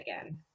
again